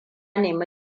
nemi